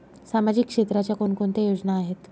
सामाजिक क्षेत्राच्या कोणकोणत्या योजना आहेत?